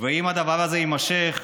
ואם הדבר הזה יימשך,